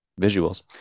visuals